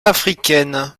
africaine